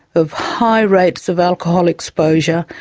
of high rates of alcohol exposure,